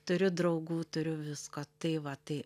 turiu draugų turiu visko tai va tai